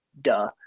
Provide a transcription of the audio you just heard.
duh